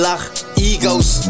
Egos